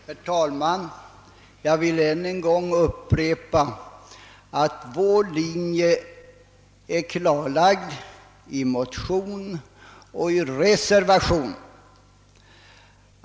Herr talman! Jag vill än en gång upprepa att vår linje är klarlagd i motion och i reservation.